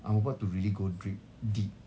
I'm about to really go dri~ deep